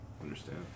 Understand